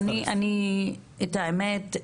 את האמת,